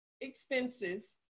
Expenses